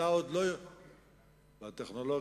והטכנולוגיה.